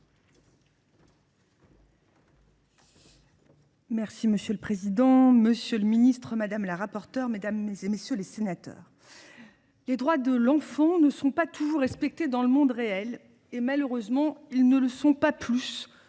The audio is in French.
secrétaire d’État. Monsieur le président, madame la rapporteure, mesdames, messieurs les sénateurs, les droits de l’enfant ne sont pas toujours respectés dans le monde réel ; malheureusement, ils ne le sont pas plus